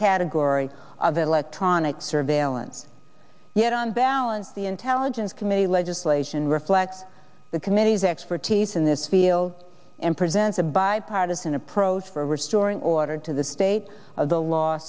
category of electronic surveillance yet on balance the intelligence committee legislation reflects the committee's expertise in this field and presents a bipartisan approach for restoring order to the state of the law